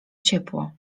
ciepło